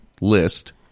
list